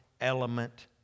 element